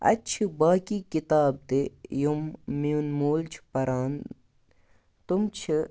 اَتہِ چھِ باقٕے کِتاب تہِ یِم میٛون مول چھُ پَران تِم چھِ